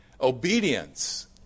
Obedience